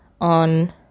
on